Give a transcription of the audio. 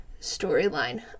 storyline